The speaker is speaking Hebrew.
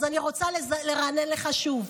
אז אני רוצה לרענן לך שוב: